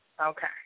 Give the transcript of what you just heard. Okay